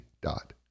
dot